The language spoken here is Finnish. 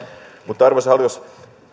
mutta arvoisa hallitus